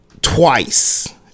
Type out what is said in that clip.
twice